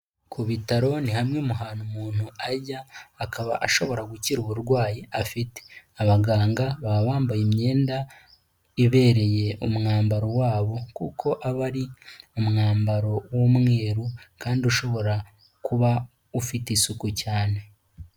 Ku bitaro ni hamwe mu hantu umuntu ajya akaba ashobora gukira uburwayi afite abaganga baba bambaye imyenda ibereye umwambaro wabo kuko aba ari umwambaro w'umweru kandi ushobora kuba ufite isuku cyane.